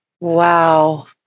wow